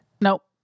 Nope